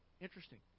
interesting